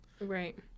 Right